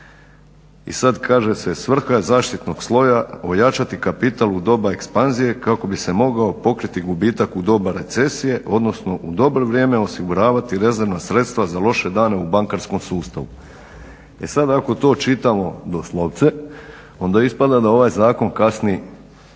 I sad kaže se svrha zaštitnog sloja ojačati kapital u doba ekspanzije kako bi se mogao pokriti gubitak u doba recesije, odnosno u dobro vrijeme osiguravati rezervna sredstva za loše dane u bankarskom sustavu. E sad ako to čitamo doslovce onda ispada da ovaj zakon kasni